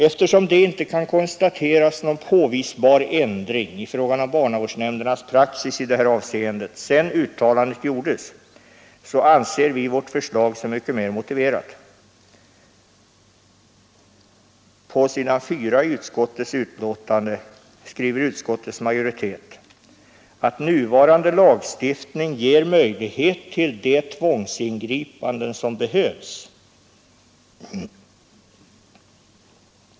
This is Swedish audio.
Eftersom det inte kunnat konstateras någon påvisbar ändring i fråga om barnavårdsnämndernas praxis i det här avseendet sedan uttalandet gjordes anser vi vårt förslag så mycket mer motiverat. På s. 4 i socialutskottets betänkande skriver utskottsmajoriteten att nuvarande lagstiftning ger möjlighet till de tvångsingripanden som behövs.